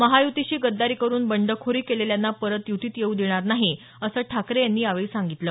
महायुतीशी गद्दारी करून बंडखोरी केलेल्यांना परत युतीत येऊ देणार नाही असं ठाकरे यांनी यावेळी सांगितलं